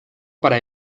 para